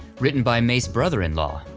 written by may's brother-in-law,